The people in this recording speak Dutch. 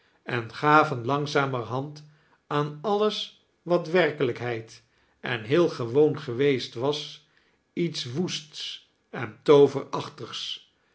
en gaven langzamerhand aan alles wat werkelijkheid ea heel gewoon geweest was iets woests en tooverachtigs